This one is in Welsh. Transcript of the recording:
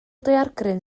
daeargryn